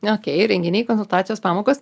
okėj renginiai konsultacijos pamokos